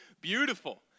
beautiful